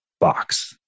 box